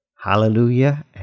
Hallelujah